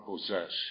possess